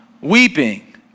weeping